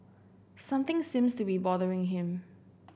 something seems to be bothering him